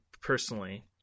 personally